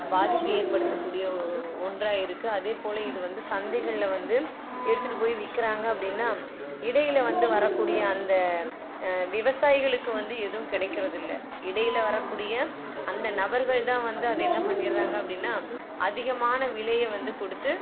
பாதிப்பு ஏற்படுத்தக்கூடிய ஒன்றாக இருக்குது அதேபோல இது வந்து சந்தைகளில் வந்து எடுத்துகிட்டு போய் விற்கிறாங்க அப்படின்னா இடையில் வந்து வரக்கூடிய அந்த விவசாயிகளுக்கு வந்து எதுவும் கிடைக்கிறதில்ல இடையில் வரக்கூடிய அந்த நபர்கள்தான் வந்து அதை என்ன பண்ணிடறாங்க அப்படின்னா அதிகமான விலையை வந்து கொடுத்து